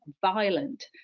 violent